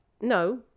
No